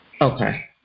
Okay